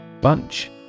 Bunch